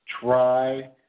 Try